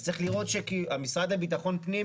אז צריך לראות שהמשרד לביטחון פנים,